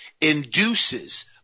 induces